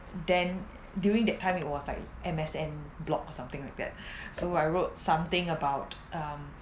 then during that time it was like M_S_N blog or something like that so I wrote something about um